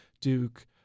duke